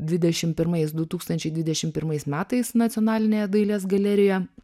dvidešimt pirmais du tūkstančiai dvidešimt pirmais metais nacionalinėje dailės galerijoje